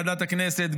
בוועדת הכנסת,